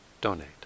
donate